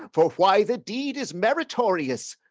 for why the deed is meritorious.